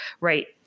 right